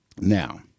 Now